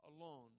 alone